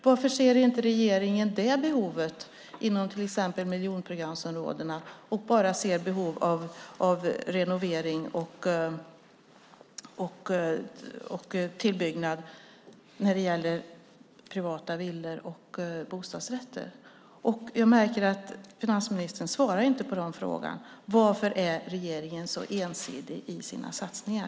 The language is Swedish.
Varför ser inte regeringen de behoven inom exempelvis miljonprogramsområdena utan bara när det gäller privata villor och bostadsrätter? Jag märker att finansministern inte svarar på den frågan. Varför är regeringen så ensidig i sina satsningar?